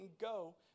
go